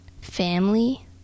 family